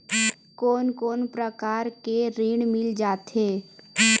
कोन कोन प्रकार के ऋण मिल जाथे?